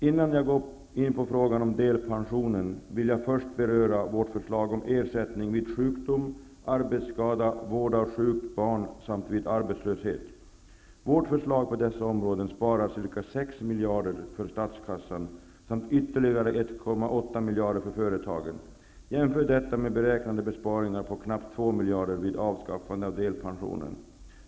Innan jag går in på frågan om delpension vill jag beröra vårt förslag om ersättning vid sjukdom, arbetsskada, vård av sjukt barn samt arbetslöshet. Vårt förslag på dessa områden innebär besparingar på ca 6 miljarder för statskassan och ytterligare 1,8 miljarder för företagen. Jämför detta med beräknade besparingar på knappt 2 miljarder vid avskaffande av delpensionen.